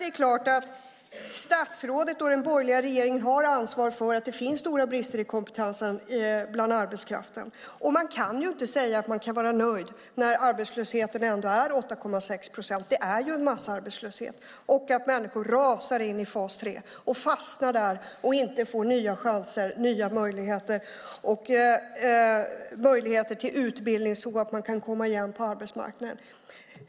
Det är klart att statsrådet och den borgerliga regeringen har ansvar för att det finns stora brister i kompetensen bland arbetskraften. Man kan inte säga att man är nöjd när arbetslösheten ändå är 8,6 procent - det är ju massarbetslöshet - och människor rasar in i fas 3. De fastnar där och får inte nya chanser, nya möjligheter och möjligheter till utbildning så att de kan komma igen på arbetsmarknaden.